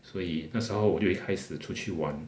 所以那时候我就会开始出去玩